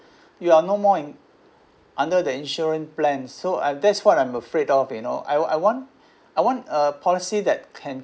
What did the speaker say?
you are no more in under the insurance plan so I that's what I'm afraid of you know I I want I want a a policy that can